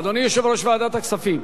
אדוני יושב-ראש ועדת הכספים,